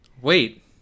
Wait